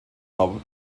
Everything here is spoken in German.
out